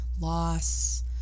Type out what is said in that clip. loss